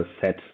set